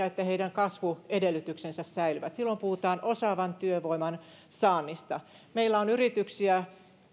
että heidän kasvuedellytyksensä säilyvät silloin puhutaan osaavan työvoiman saannista meillä on